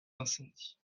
d’incendie